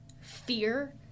fear